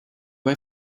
bei